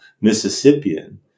Mississippian